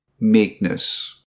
meekness